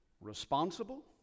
responsible